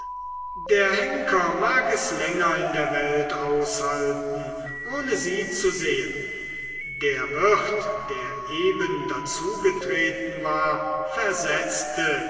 der henker mag es länger in der welt aushalten ohne sie zu sehen der wirt der eben dazugetreten war versetzte